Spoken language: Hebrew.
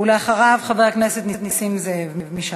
ואחריו, חבר הכנסת נסים זאב מש"ס.